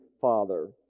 Father